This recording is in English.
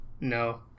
No